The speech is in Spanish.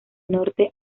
norte